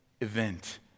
event